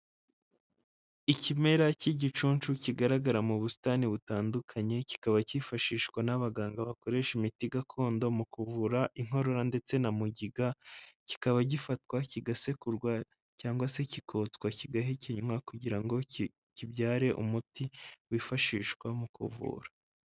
Ikimera cy'igicuncu kigaragara mu busitani butandukanye, kikaba cyifashishwa n'abaganga bakoresha imiti gakondo, mu kuvura inkorora ndetse na mugiga, kikaba gifatwa kigasekurwa, cyangwa se kikotswa, kigahekenywa kugira ngo kibyare umuti wifashishwa mu kuvura.